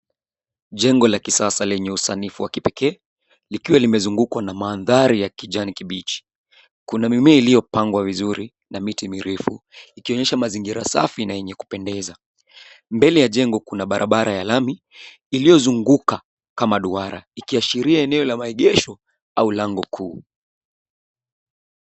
Jengo la kisasa na lenye usanifu wa kipekee likiwa limezungukwa na mandhari ya kijani kibichi kuna mimea iliyopangwa vizuri na miti mirefu ikionyesha mazingira safi na yenye kupendeza mbele ya jengo kuna bara bara ya lami iliyozunguka kama duara ikiashiria eneo la maegesho au lango kuu.